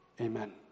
amen